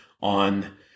on